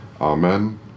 Amen